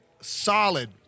Solid